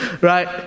Right